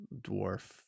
dwarf